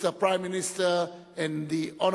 Mr. Prime-Minister and the honorable